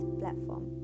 platform